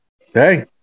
hey